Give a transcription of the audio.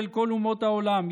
ואל כל אומות העולם,